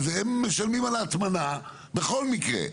הם משלמים על ההטמנה בכל מקרה.